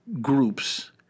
groups